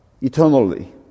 eternally